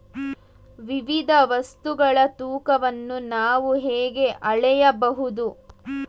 ವಿವಿಧ ವಸ್ತುಗಳ ತೂಕವನ್ನು ನಾವು ಹೇಗೆ ಅಳೆಯಬಹುದು?